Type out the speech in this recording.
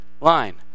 line